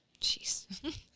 Jeez